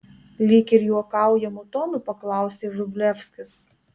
lyg ir juokaujamu tonu paklausė vrublevskis